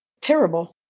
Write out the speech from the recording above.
terrible